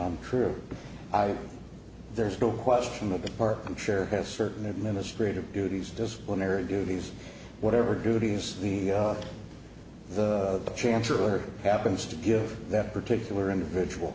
some true there's no question the park i'm sure has certain administrative duties disciplinary duties whatever duties the the chancellor happens to give that particular individual